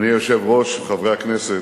אדוני היושב-ראש, חברי הכנסת,